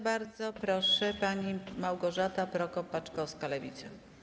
Bardzo proszę, pani Małgorzata Prokop-Paczkowska, Lewica.